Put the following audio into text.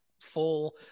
full